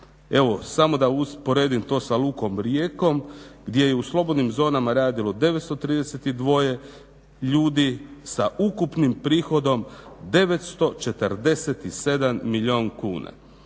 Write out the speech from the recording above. Evo, samo da usporedim to sa lukom Rijekom gdje je u slobodnim zonama radilo 932 ljude sa ukupnih prihodom 947 milijun kuna.